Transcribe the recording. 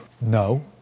no